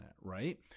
right